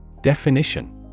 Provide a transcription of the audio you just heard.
Definition